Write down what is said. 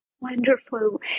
Wonderful